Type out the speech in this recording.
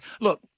Look